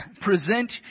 present